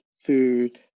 food